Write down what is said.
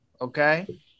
Okay